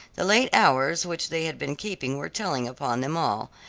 the late hours which they had been keeping were telling upon them all,